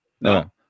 no